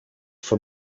for